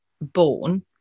born